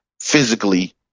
physically